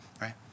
right